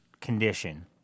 condition